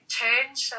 change